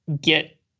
get